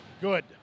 Good